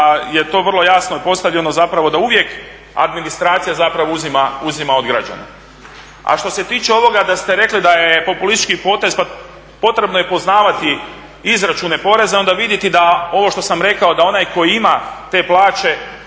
je to vrlo jasno i postavljeno zapravo da uvijek administracija zapravo uzima od građana. A što se tiče ovoga da ste rekli da je populistički potez, pa potrebno je poznavati izračune poreza i onda vidjeti da ovo što sam rekao da onaj koji ima te plaće,